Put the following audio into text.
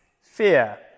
Fear